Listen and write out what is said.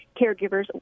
caregivers